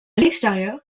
l’extérieur